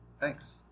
Thanks